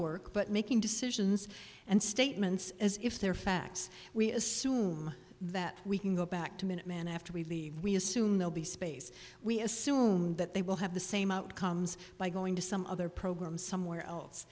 work but making decisions and statements as if they're facts we assume that we can go back to minute man after we leave we assume they'll be space we assume that they will have the same outcomes by going to some other program somewhere else